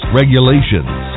regulations